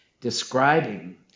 describing